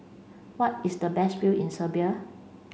what is the best view in Serbia